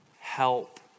help